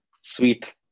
sweet